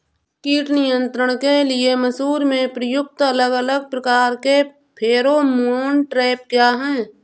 कीट नियंत्रण के लिए मसूर में प्रयुक्त अलग अलग प्रकार के फेरोमोन ट्रैप क्या है?